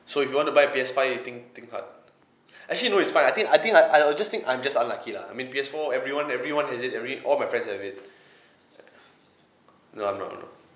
so if you want to buy P_S five you think think hard actually no it's fine I think I think I'll I'll just think I'm just unlucky lah I mean P_S four everyone everyone has it every all my friends have it ya no I'm not I'm not